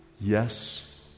Yes